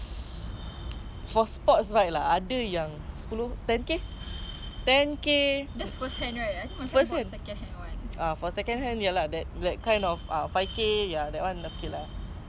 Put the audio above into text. but err you were asking why motor right because I just want a motor because I really like motor since young and I want to be like my cousin nevermind but I'm really into motor